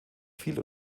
viel